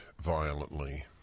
violently